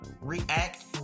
react